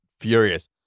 furious